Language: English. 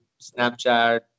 Snapchat